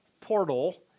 portal